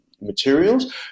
Materials